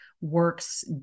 works